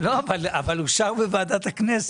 לא, אבל אושר בוועדת הכנסת.